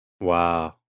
Wow